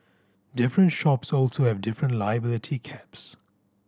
different shops also have different liability caps